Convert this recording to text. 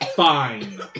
Fine